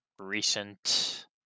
recent